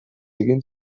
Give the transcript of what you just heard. egin